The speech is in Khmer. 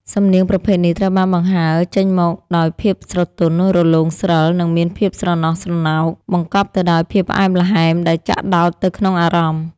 សំនៀងប្រភេទនេះត្រូវបានបង្ហើរចេញមកដោយភាពស្រទន់ រលោងស្រិល និងមានភាពស្រណោះស្រណោក បង្កប់ទៅដោយភាពផ្អែមល្ហែមដែលចាក់ដោតទៅក្នុងអារម្មណ៍។